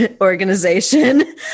organization